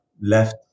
left